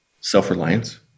self-reliance